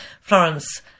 Florence